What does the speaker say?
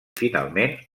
finalment